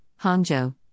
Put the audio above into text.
Hangzhou